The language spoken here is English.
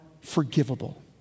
forgivable